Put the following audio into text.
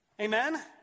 Amen